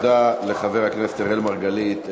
תודה לחבר הכנסת אראל מרגלית.